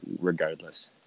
regardless